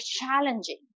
challenging